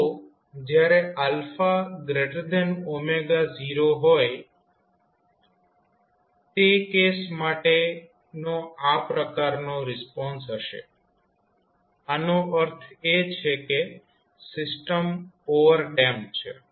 તો જ્યારે 0હોય છે તે કેસ માટેનો આ પ્રકારનો રિસ્પોન્સ હશે આનો અર્થ એ છે કે સિસ્ટમ ઓવરડેમ્પ્ડ છે